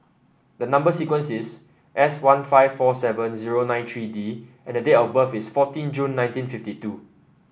number sequence is S one five four seven zero nine three D and date of birth is fourteen June nineteen fifty two